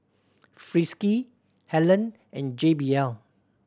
Friskies Helen and J B L